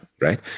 right